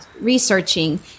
researching